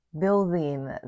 building